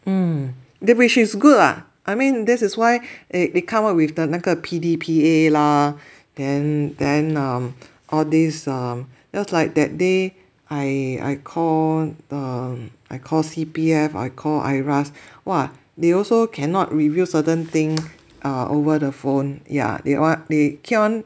um this which is good lah I mean this is why they they come up with the 那个 P_D_P_A lah then then um all these um just like that day I call the I call C_P_F I call IRAS !wah! they also cannot reveal certain thing err over the phone yeah they uh they keep on